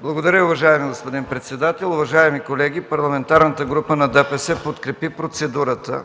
Благодаря, уважаеми господин председател. Уважаеми колеги, Парламентарната група на ДПС подкрепи процедурата